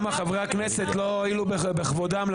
למה חברי הכנסת לא הועילו בטובם להגיע?